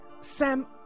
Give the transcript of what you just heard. Sam